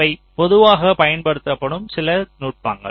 இவை பொதுவாகப் பயன்படுத்தப்படும் சில நுட்பங்கள்